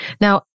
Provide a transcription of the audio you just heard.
Now